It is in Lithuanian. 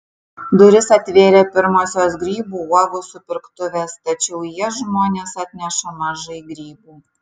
duris atvėrė pirmosios grybų uogų supirktuvės tačiau į jas žmonės atneša mažai grybų